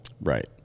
Right